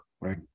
right